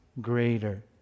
greater